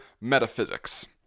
metaphysics